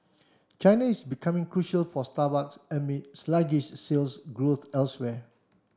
China is becoming crucial for Starbucks amid sluggish sales growth elsewhere